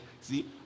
See